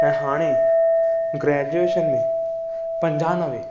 ऐं हाणे ग्रेजुएशन में पंजानवे